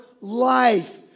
life